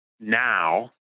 now